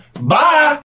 bye